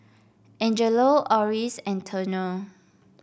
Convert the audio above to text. Angelo Oris and Turner